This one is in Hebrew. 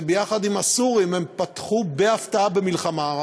ויחד עם הסורים הם פתחו בהפתעה במלחמה.